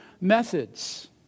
methods